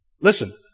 Listen